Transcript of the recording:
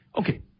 okay